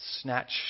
snatched